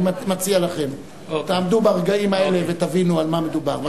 אני מציע לכם, תעמדו ברגעים האלה ותראו במה מדובר.